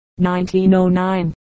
1909